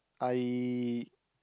I